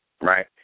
Right